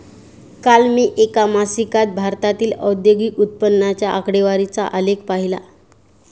काल मी एका मासिकात भारतातील औद्योगिक उत्पन्नाच्या आकडेवारीचा आलेख पाहीला